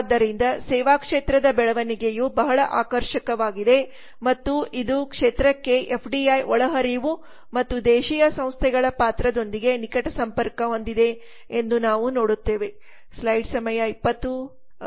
ಆದ್ದರಿಂದ ಸೇವಾ ಕ್ಷೇತ್ರದ ಬೆಳವಣಿಗೆಯು ಬಹಳ ಆಕರ್ಷಕವಾಗಿದೆ ಮತ್ತು ಇದು ಕ್ಷೇತ್ರಕ್ಕೆ ಎಫ್ಡಿಐ ಒಳಹರಿವು ಮತ್ತು ದೇಶೀಯ ಸಂಸ್ಥೆಗಳ ಪಾತ್ರದೊಂದಿಗೆ ನಿಕಟ ಸಂಪರ್ಕ ಹೊಂದಿದೆ ಎಂದು ನಾವು ನೋಡುತ್ತೇವೆ